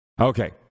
Okay